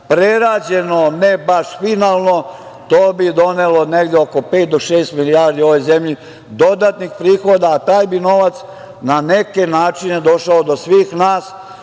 Prerađeno, ne baš finalno, to bi donelo negde oko pet do šest milijardi ovoj zemlji dodatno prihoda, a taj bi novac na neki način došao do svih nas,